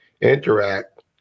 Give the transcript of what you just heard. interact